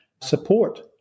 support